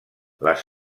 les